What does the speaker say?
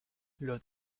los